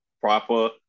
proper